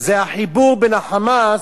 זה החיבור בין ה"חמאס"